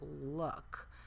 look